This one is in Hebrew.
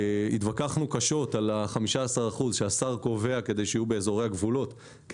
התווכחנו קשות על 15 האחוזים שהשר קובע כדי שיהיו באזורי הגבולות כי